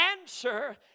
answer